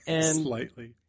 Slightly